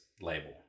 label